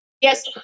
Yes